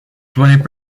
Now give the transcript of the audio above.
twenty